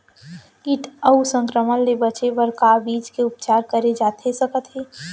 किट अऊ संक्रमण ले बचे बर का बीज के उपचार करे जाथे सकत हे?